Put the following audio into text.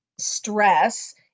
stress